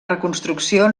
reconstrucció